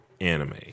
anime